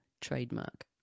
trademark